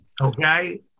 Okay